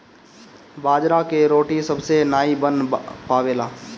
बाजरा के रोटी सबसे नाई बन पावेला